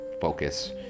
focus